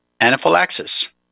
anaphylaxis